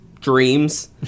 dreams